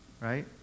right